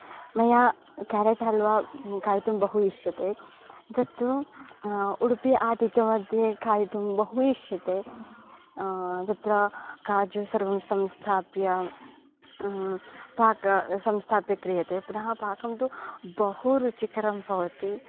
मया केरेट् हल्वा खादितुं बहु इष्यते तत्तु उडुपि आदित्यमध्ये खादितुं बहु इष्यते तत्र काजु सर्वं संस्थाप्य पाक संस्थाप्य क्रियते पुनः पाकं तु बहु रुचिकरं भवति